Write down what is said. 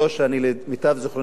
למיטב זיכרוני,